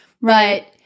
Right